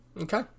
Okay